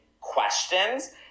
questions